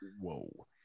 Whoa